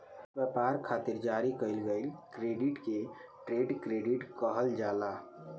ब्यपार खातिर जारी कईल गईल क्रेडिट के ट्रेड क्रेडिट कहल जाला